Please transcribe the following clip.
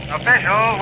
Official